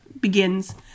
begins